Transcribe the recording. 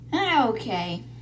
Okay